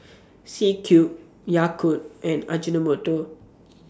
C Cube Yakult and Ajinomoto